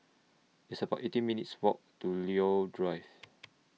It's about eighteen minutes' Walk to Leo Drive